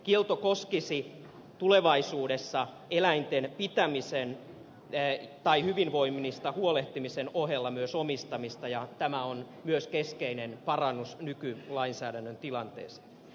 kielto koskisi tulevaisuudessa eläinten hyvinvoinnista huolehtimisen ohella myös omistamista ja tämä on myös keskeinen parannus nykylainsäädännön tilanteeseen